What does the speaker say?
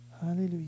Hallelujah